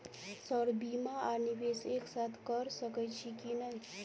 Sir बीमा आ निवेश एक साथ करऽ सकै छी की न ई?